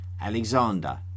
Alexander